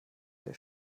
der